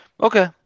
Okay